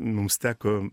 mums teko